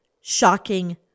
shocking